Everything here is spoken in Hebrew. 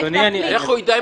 איך הוא ידע?